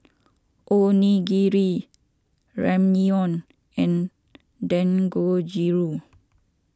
Onigiri Ramyeon and Dangojiru